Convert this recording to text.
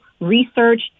research